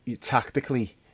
tactically